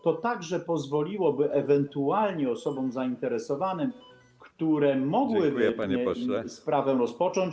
To także pozwoliłoby ewentualnie osobom zainteresowanym, które mogłyby sprawę rozpocząć.